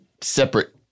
separate –